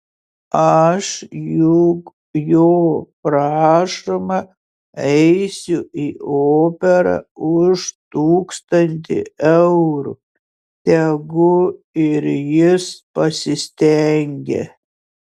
aš juk jo prašoma eisiu į operą už tūkstantį eurų tegu ir jis pasistengia